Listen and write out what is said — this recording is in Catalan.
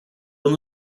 una